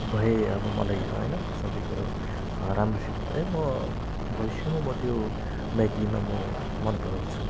भए अब मलाई होइन सबैकुरो राम्रोसित भए म भविष्यमा म त्यो बाइक लिन म मन पराउँछु